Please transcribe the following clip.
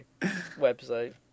website